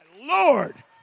Lord